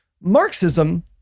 Marxism